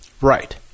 Right